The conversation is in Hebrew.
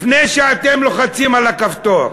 לפני שאתם לוחצים על הכפתור: